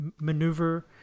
maneuver